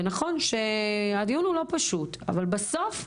נכון שהדיון לא פשוט אבל בסוף,